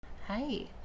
Hi